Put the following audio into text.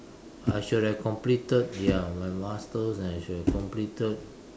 I should have completed ya my masters and I should have completed